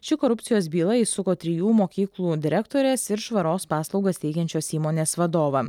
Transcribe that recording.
ši korupcijos byla įsuko trijų mokyklų direktores ir švaros paslaugas teikiančios įmonės vadovą